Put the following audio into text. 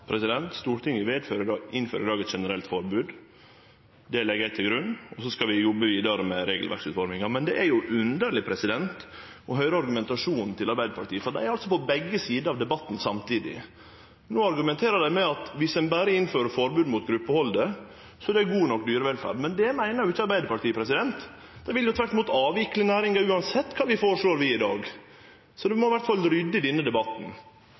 Stortinget innfører i dag eit generelt forbod. Det legg eg til grunn. Så skal vi jobbe vidare med regelverksutforminga. Men det er underleg å høyre argumentasjonen til Arbeidarpartiet, for dei er på begge sider av debatten samtidig. No argumenterer dei med at viss ein berre innfører forbod mot gruppehaldet, er det god nok dyrevelferd. Men det meiner jo ikkje Arbeidarpartiet. Dei vil tvert imot avvikle næringa, uansett kva vi føreslår i dag. Så ein må i alle fall rydde i denne debatten.